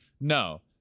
No